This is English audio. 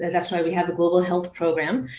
that's why we have the global health program.